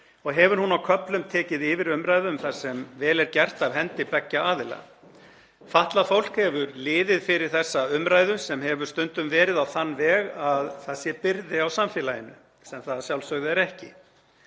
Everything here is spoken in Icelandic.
og hefur hún á köflum tekið yfir umræðu um það sem vel er gert af hendi beggja aðila. Fatlað fólk hefur liðið fyrir þessa umræðu sem hefur stundum verið á þann veg að það sé byrði á samfélaginu, sem það að sjálfsögðu er ekki.